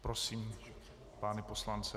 Prosím, pane poslanče.